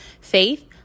faith